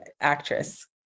actress